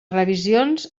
revisions